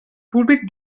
públic